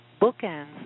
Bookends